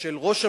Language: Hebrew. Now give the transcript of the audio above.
של ראש הממשלה,